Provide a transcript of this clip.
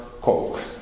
coke